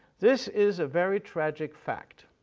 this is a very tragic fact,